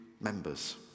members